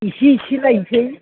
एसे एसे लायसै